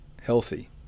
healthy